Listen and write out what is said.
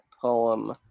poem